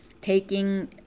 taking